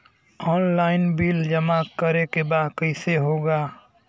Online bill जमा करे के बा कईसे होगा?